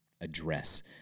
address